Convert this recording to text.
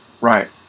right